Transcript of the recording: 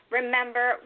remember